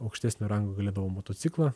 aukštesnio rango galėdavo motociklą